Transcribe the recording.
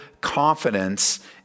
confidence